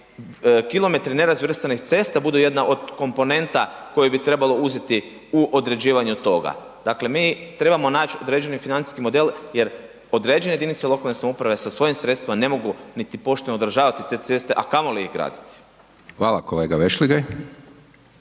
kilometri nerazvrstanih cesta budu jedna od komponenta koje bi trebalo uzeti u određivanju toga. Dakle, mi trebamo naći određeni financijski model jer određene jedinice lokalne samouprave sa svojim sredstvima ne mogu niti pošteno održavati te ceste, a kamoli ih graditi. **Hajdaš